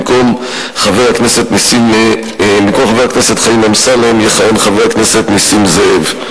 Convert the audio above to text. במקום חבר הכנסת חיים אמסלם יכהן חבר הכנסת נסים זאב.